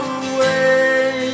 away